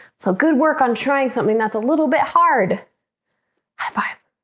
so good work on trying something. that's a little bit hard high five